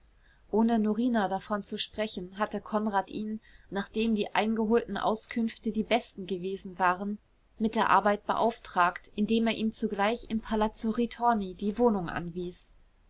ohne norina davon zu sprechen hatte konrad ihn nachdem die eingeholten auskünfte die besten gewesen waren mit der arbeit beauftragt indem er ihm zugleich im palazzo ritorni die wohnung anwies